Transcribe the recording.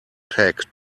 pack